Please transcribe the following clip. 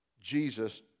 Jesus